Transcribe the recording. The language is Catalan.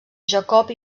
jacob